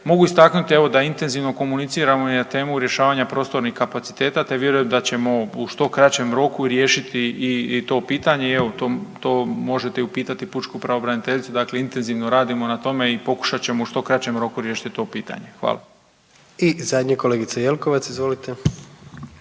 Mogu istaknuti evo da intenzivno komuniciramo i na temu rješavanja prostornih kapaciteta, te vjerujem da ćemo u što kraćem roku riješiti i to pitanje i evo to, to možete i upitati i pučku pravobraniteljicu, dakle intenzivno radimo na tome i pokušat ćemo u što kraćem roku riješiti to pitanje. Hvala. **Jandroković, Gordan